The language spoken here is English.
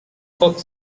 folk